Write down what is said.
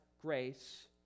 grace